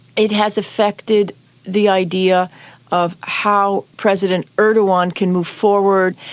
it has affected the idea of how president erdogan can move forward,